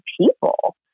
people